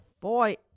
Boy